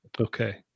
okay